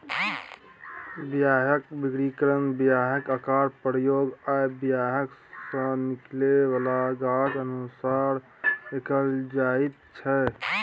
बीयाक बर्गीकरण बीयाक आकार, प्रयोग आ बीया सँ निकलै बला गाछ अनुसार कएल जाइत छै